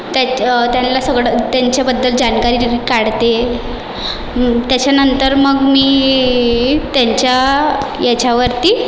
त्य त्यांना सगळं त्यांच्याबद्दल जानकारी काढते त्याच्यानंतर मग मी त्यांच्या याच्यावरती